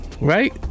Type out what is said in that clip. Right